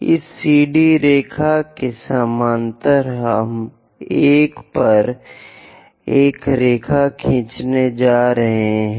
इस CD रेखा के समानांतर हम 1 पर एक रेखा खींचने जा रहे हैं